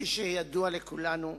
כפי שידוע לכולנו,